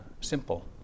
simple